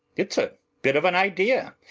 it's a bit of an idea.